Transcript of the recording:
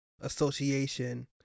association